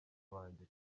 banjye